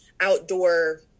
outdoor